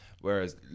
Whereas